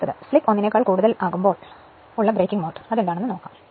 അടുത്തത് സ്ലിപ് ഒന്നിനേക്കാൾ കൂടുതൽ ആകുമ്പോൾ1 ഉള്ള ബ്രേക്കിംഗ് മോഡ് നോക്കാം